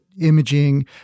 imaging